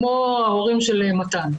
כמו ההורים של מתן.